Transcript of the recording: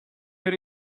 your